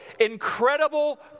incredible